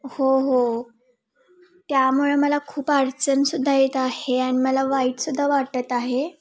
हो हो त्यामुळे मला खूप अडचणसुद्धा येत आहे आणि मला वाईटसुद्धा वाटत आहे